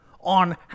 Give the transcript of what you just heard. on